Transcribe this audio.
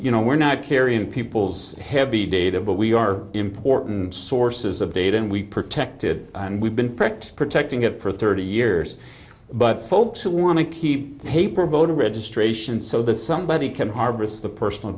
you know we're not carrying people's heavy data but we are important sources of data and we protected and we've been prepped protecting it for thirty years but folks who want to keep paper voter registration so that somebody can harvest the personal